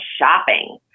shopping